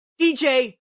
DJ